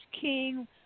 King